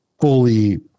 fully